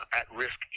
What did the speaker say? at-risk